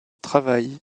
travail